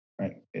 Right